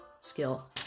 skill